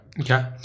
Okay